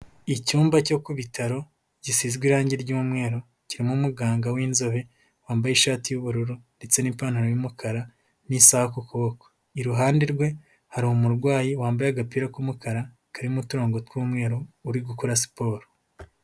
Icyumba cyo ku bitaro, gisizwe irangi ry'umweru, kirimo umuganga w'inzobe, wambaye ishati y'ubururu, ndetse n'ipantaro y'umukara, n'isaha ku kuboko, iruhande rwe hari umurwayi, wambaye agapira k'umukara, karimo uturango tw'umweru, uri gukora siporo.